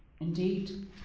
indeed